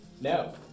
No